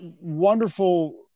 wonderful –